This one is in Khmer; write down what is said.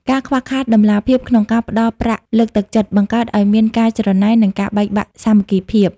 ការខ្វះខាតតម្លាភាពក្នុងការផ្ដល់ប្រាក់លើកទឹកចិត្ត បង្កើតឱ្យមានការច្រណែន និងការបែកបាក់សាមគ្គីភាព។